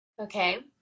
okay